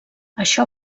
això